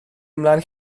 ymlaen